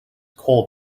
cold